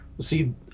See